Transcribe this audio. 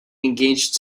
engaged